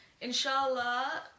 Inshallah